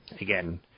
Again